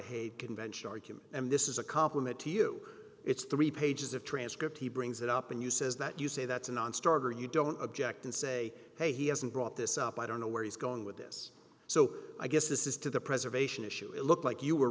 hague convention argument and this is a compliment to you it's three pages of transcript he brings that up and you says that you say that's a nonstarter you don't object and say hey he hasn't brought this up i don't know where he's going with this so i guess this is to the preservation issue it looked like you were